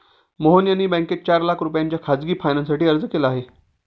मोहन यांनी बँकेत चार लाख रुपयांच्या खासगी फायनान्ससाठी अर्ज केला आहे